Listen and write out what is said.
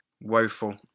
Woeful